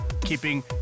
keeping